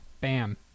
Bam